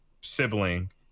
sibling